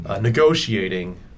negotiating